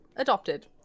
Adopted